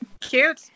Cute